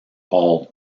all